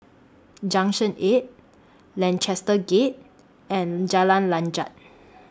Junction eight Lancaster Gate and Jalan Lanjut